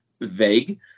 vague